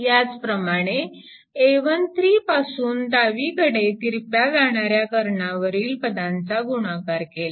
याच प्रमाणे a13 पासून डावीकडे तिरप्या जाणाऱ्या कर्णावरील पदांचा गुणाकार केला